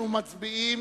אנחנו מצביעים